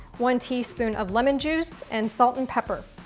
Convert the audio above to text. one teaspoon of lemon juice and salt and pepper.